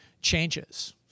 changes